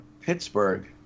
Pittsburgh